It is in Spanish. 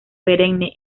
perenne